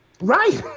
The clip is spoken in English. Right